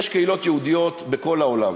יש קהילות יהודיות בכל העולם,